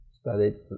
Started